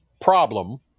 problem